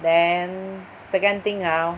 then second thing ah